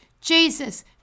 Jesus